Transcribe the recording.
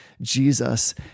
Jesus